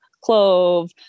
clove